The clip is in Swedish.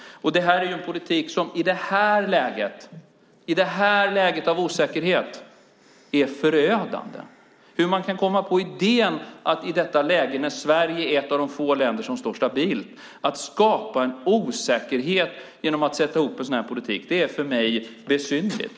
Det här är en politik som i det här läget av osäkerhet är förödande. Hur man kan komma på idén att i detta läge, när Sverige är ett av de få länder som står stabilt, skapa en osäkerhet genom att sätta ihop en sådan här politik är för mig besynnerligt.